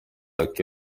like